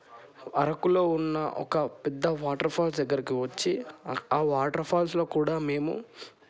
అరకులో ఉన్న ఒక పెద్ద వాటర్ఫాల్స్ దగ్గరకు వచ్చి ఆ వాటర్ఫాల్స్లో కూడా మేము